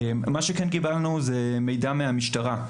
מה שכן קיבלנו זה מידע מהמשטרה,